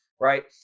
Right